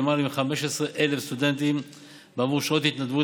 ללמעלה מ-15,000 סטודנטים בעבור שעות התנדבות